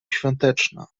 świąteczna